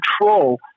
control